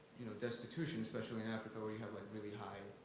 you know, destitution, especially in africa, where you have like really high,